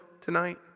tonight